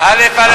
אתה א'-א'.